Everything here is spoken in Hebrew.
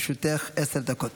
לרשותך עשר דקות.